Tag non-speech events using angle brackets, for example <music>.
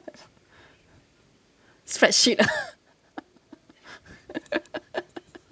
<laughs> <breath> spreadsheet <laughs>